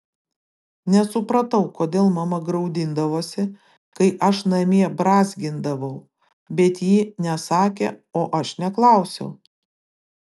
nesupratau kodėl mama graudindavosi kai aš namie brązgindavau bet ji nesakė o aš neklausiau